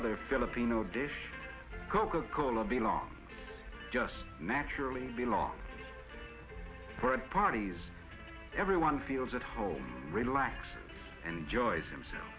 other filipino dish coca cola be along just naturally a lot of parties everyone feels at home relax and enjoy themselves